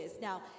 now